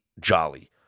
Jolly